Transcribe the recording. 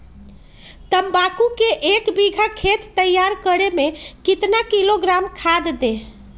तम्बाकू के एक बीघा खेत तैयार करें मे कितना किलोग्राम खाद दे?